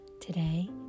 Today